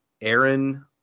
Aaron